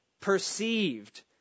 perceived